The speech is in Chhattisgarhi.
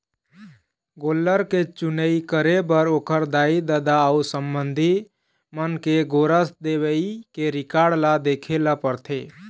गोल्लर के चुनई करे बर ओखर दाई, ददा अउ संबंधी मन के गोरस देवई के रिकार्ड ल देखे ल परथे